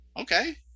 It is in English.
okay